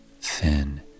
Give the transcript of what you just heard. thin